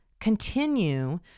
Continue